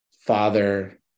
father